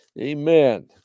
amen